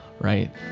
right